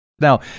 Now